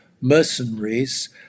mercenaries